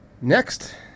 Next